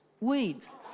Weeds